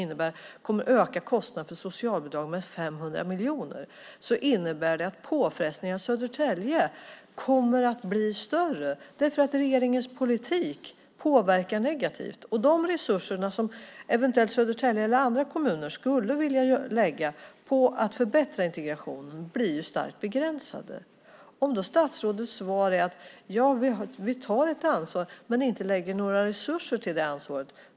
Man är på väg att försämra sjukförsäkringen, vilket enligt Sveriges Kommuner och Landsting innebär att kostnaderna för socialbidrag kommer att öka med 500 miljoner. De resurser som Södertälje eller andra kommuner eventuellt skulle vilja lägga på att förbättra integrationen blir ju starkt begränsade. Det blir då väldigt märkligt om statsrådets svar är: Ja, vi tar ett ansvar, men vi lägger inte några resurser till det ansvaret.